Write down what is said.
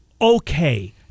okay